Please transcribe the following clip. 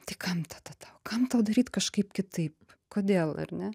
tai kam tada tau kam tau daryt kažkaip kitaip kodėl ar ne